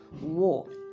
War